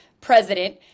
president